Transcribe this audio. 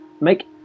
make